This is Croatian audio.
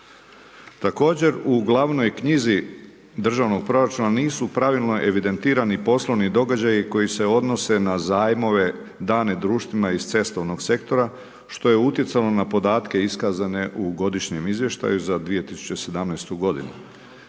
Također u gl. knjizi državnog proračuna, nisu pravilno evidentirani poslovni događaji, koji se odnose na zajmove dane društvima iz cestovnog sektora, što je utjecalo na podatke iskazane u godišnjem izvještaju za 2017. g.